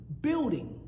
building